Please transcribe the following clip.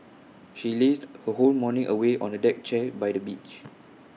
she lazed her whole morning away on A deck chair by the beach